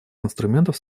инструментов